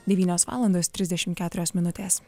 devynios valandos trisdešim keturios minutės